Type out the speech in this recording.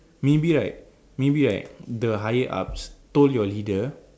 maybe right maybe right the higher ups told your leader